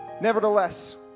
nevertheless